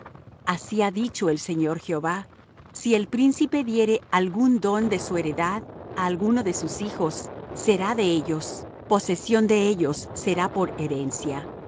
así ha dicho el señor jehová si el príncipe diere algún don de su heredad á alguno de sus hijos será de ellos posesión de ellos será por herencia mas